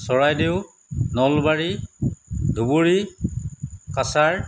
Charaideo Nalbari Dhubri Cachar